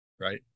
Right